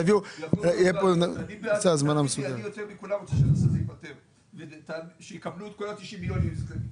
אם זכאים, יקבלו את ה-90 מיליון.